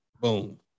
boom